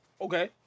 Okay